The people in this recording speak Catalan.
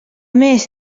més